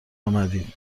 آمدید